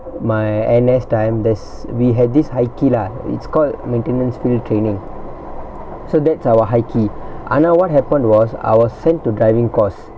my N_S time there's we had this high key lah it's called maintenance field training so that's our high key ஆனா:aanaa what happened was I was sent to driving course